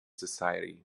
society